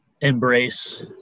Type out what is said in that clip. embrace –